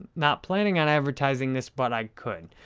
not planning on advertising this but i could.